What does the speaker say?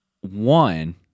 one